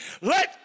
let